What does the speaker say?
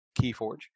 Keyforge